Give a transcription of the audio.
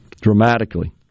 dramatically